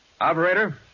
Operator